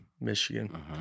Michigan